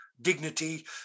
dignity